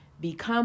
become